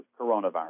coronavirus